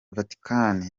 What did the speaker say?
vatikani